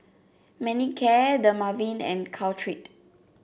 Manicare Dermaveen and Caltrate